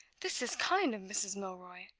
this is kind of mrs. milroy!